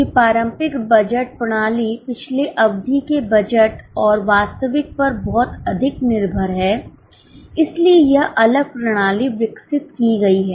चूंकि पारंपरिक बजट प्रणाली पिछले अवधि के बजट और वास्तविक पर बहुत अधिक निर्भर है इसलिए यह अलग प्रणाली विकसित की गई है